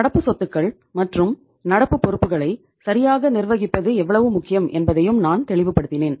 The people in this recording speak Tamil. நடப்பு சொத்துக்கள் மற்றும் நடப்பு பொறுப்புகளை சரியாக நிர்வகிப்பது எவ்வளவு முக்கியம் என்பதையும் நான் தெளிவு படுத்தினேன்